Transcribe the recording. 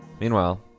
Meanwhile